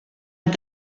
amb